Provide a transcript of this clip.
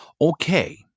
Okay